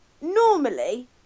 normally